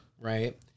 right